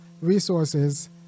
resources